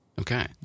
Okay